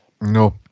No